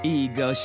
ego